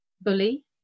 bully